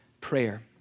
prayer